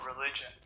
religion